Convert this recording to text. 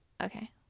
okay